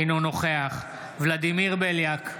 אינו נוכח ולדימיר בליאק,